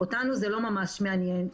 אותנו זה לא ממש מעניין.